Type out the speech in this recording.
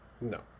No